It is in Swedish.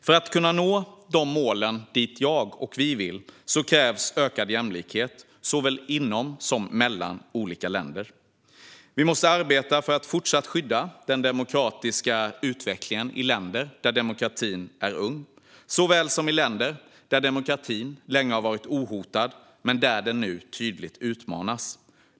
För att kunna nå de mål dit jag och vi vill krävs ökad jämlikhet, såväl inom som mellan olika länder. Vi måste arbeta för att fortsatt skydda den demokratiska utvecklingen i länder där demokratin är ung såväl som i länder där demokratin länge varit ohotad men nu tydligt utmanas.